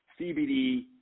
cbd